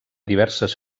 diverses